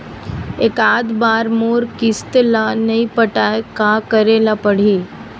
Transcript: एकात बार मोर किस्त ला नई पटाय का करे ला पड़ही?